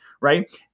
right